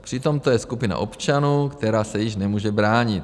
Přitom je to skupina občanů, která se již nemůže bránit.